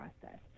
process